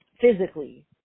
physically